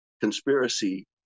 conspiracy